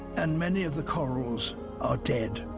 and many of the corals are dead.